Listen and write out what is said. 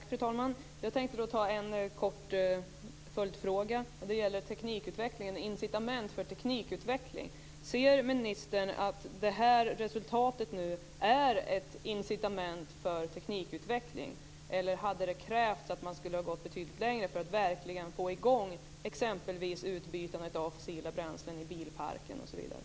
Fru talman! Jag har en kort följdfråga. Den gäller teknikutvecklingen och incitament för teknikutveckling. Ser ministern att det här resultatet är ett incitament för teknikutveckling, eller hade det krävts att man hade gått betydligt längre för att verkligen få igång exempelvis utbyte av fossila bränslen i bilparken osv.?